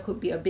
而已 ah